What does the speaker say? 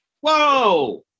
Whoa